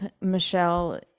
michelle